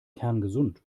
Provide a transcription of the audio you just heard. kerngesund